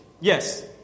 yes